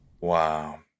Wow